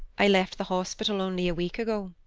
i left the hospital only a week ago.